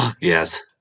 Yes